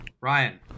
Ryan